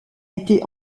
été